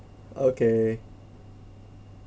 okay